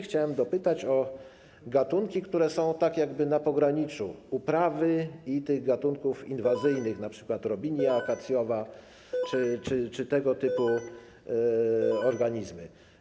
Chciałbym dopytać się o gatunki, które są jak gdyby na pograniczu uprawy i tych gatunków inwazyjnych, np. robinię akacjową czy tego typu organizmy.